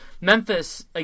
Memphis